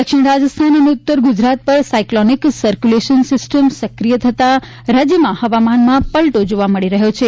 દક્ષિણ રાજસ્થાન અને ઉત્તર ગુજરાત પર સાયક્લોનીક સક્યુલેશન સિસ્ટમ સક્રિય થતા રાજ્યના હવામાનમાં પલટો જોવા મળી રહ્યો છે